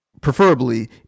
preferably